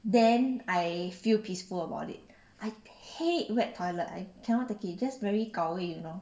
then I feel peaceful about it I hate wet toilet I cannot take it just very gao wei you know